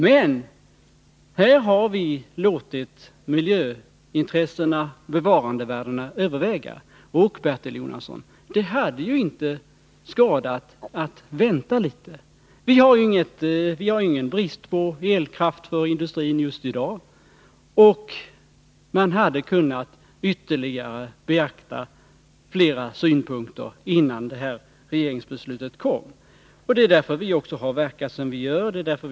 Men här har vi låtit miljöintresset och bevarandevärdena överväga. Och det hade väl inte skadat att vänta litet, Bertil Jonasson? Vi har ingen brist på elkraft för industrin just i dag. Man hade därför kunnat beakta flera synpunkter innan man tog det här regeringsbeslutet. Det är därför vi har verkat som vi gör.